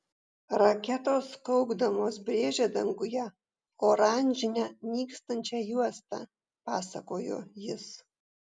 raketos kaukdamos brėžė danguje oranžinę nykstančią juostą pasakojo jis